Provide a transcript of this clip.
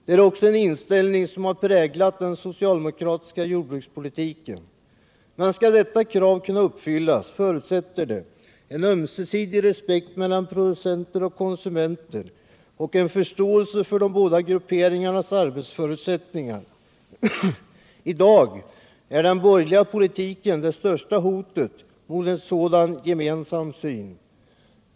Detta är också en inställning som har speglat den socialdemokratiska jordbrukspolitiken. Men skall detta krav kunna uppfyllas förutsätter det en ömsesidig respekt mellan producenter och konsumenter och en förståelse för de båda grupperingarnas arbetsförutsättningar. I dag är den borgerliga politiken det största hotet mot en sådan gemensam syn.